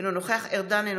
אינו נוכח גלעד ארדן,